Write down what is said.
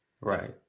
Right